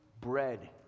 bread